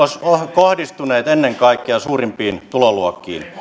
kohdistuneet ennen kaikkea suurimpiin tuloluokkiin